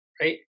right